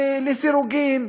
לסירוגין,